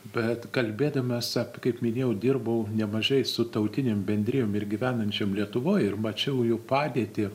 bet kalbėdamas apie kaip minėjau dirbau nemažai su tautinėm bendrijom ir gyvenančiom lietuvoj ir mačiau jų padėtį